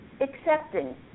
accepting